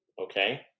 Okay